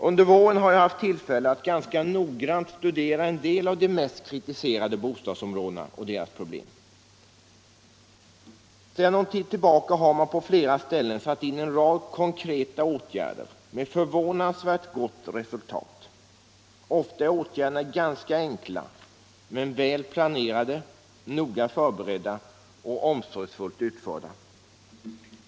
Under våren har jag haft tillfälle att ganska noggrant studera en del av de mest kritiserade bostadsområdena och deras problem. Sedan någon tid tillbaka har man på flera ställen satt in en rad konkreta åtgärder med förvånansvärt gott resultat. Ofta är åtgärderna ganska enkla, men väl planerade, noga förberedda och omsorgsfullt utförda.